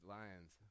lions